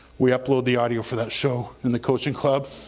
we upload the audio for that show in the coaching club,